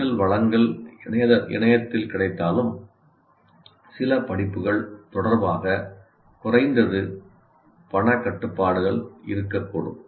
கற்றல் வளங்கள் இணையத்தில் கிடைத்தாலும் சில படிப்புகள் தொடர்பாக குறைந்தது பணக் கட்டுப்பாடுகள் இருக்கக்கூடும்